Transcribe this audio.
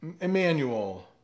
Emmanuel